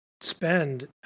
spend